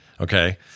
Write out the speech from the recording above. okay